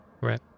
Right